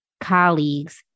colleagues